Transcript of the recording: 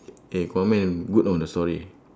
eh aquaman good know the story